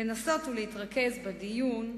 לנסות להתרכז בדיון,